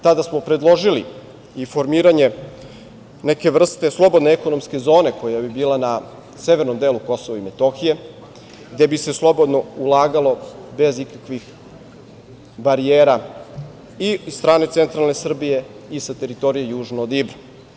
Tada smo predložili i formiranje neke vrste slobodne ekonomske zone koja bi bila na severnom delu Kosova i Metohije gde bi se slobodno ulagalo bez ikakvih barijera i od strane centralne Srbije i sa teritorije južno od Ibra.